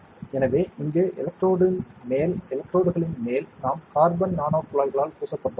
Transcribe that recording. எனவே இங்கு எலக்ட்ரோடுயின் மேல் எலக்ட்ரோடுகளின் மேல் நாம் கார்பன் நானோகுழாய்களால் பூசப்பட்டுள்ளோம்